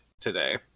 today